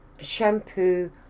shampoo